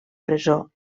presó